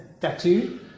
tattoo